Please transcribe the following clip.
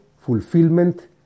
fulfillment